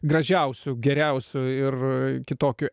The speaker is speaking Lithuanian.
gražiausiu geriausiu ir kitokiu